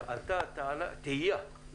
ועלתה תהייה,